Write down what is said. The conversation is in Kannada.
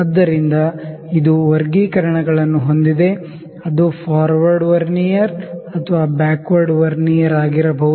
ಆದ್ದರಿಂದ ಇದು ವರ್ಗೀಕರಣಗಳನ್ನು ಹೊಂದಿದೆ ಅದು ಫಾರ್ವರ್ಡ್ ವರ್ನಿಯರ್ ಅಥವಾ ಬ್ಯಾಕ್ವರ್ಡ್ ವರ್ನಿಯರ್ ಆಗಿರಬಹುದು